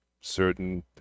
certain